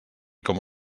com